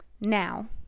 now